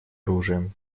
оружием